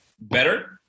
better